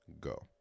go